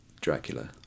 Dracula